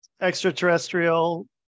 extraterrestrial